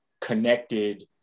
connected